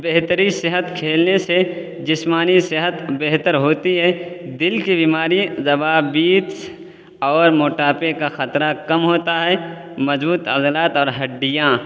بہتری صحت کھیلنے سے جسمانی صحت بہتر ہوتی ہے دل کی بیماری زبابطیس اور موٹاپے کا خطرہ کم ہوتا ہے مضبوط عضلات اور ہڈیاں